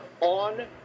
On